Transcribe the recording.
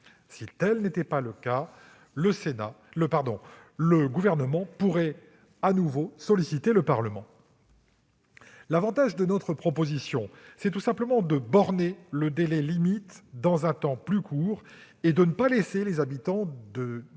Si tel n'était pas le cas, le Gouvernement pourrait de nouveau solliciter le Parlement. L'avantage de notre proposition est qu'elle permet de borner le délai limite dans un temps plus court et de ne pas laisser les habitants de ces